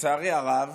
לצערי הרב